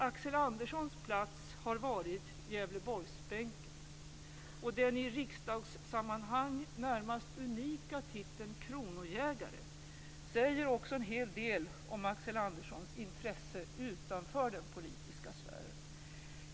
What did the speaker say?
Axel Anderssons plats har varit Gävleborgsbänken - och den i riksdagssammanhang närmast unika titeln kronojägare säger också en hel del om Axel Anderssons intresse utanför den politiska sfären.